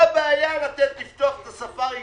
מה הבעיה לפתוח את הספארי?